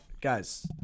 guys